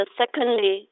secondly